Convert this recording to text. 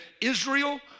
Israel